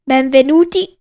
Benvenuti